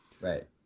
Right